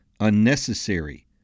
unnecessary